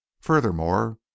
Furthermore